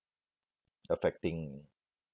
affecting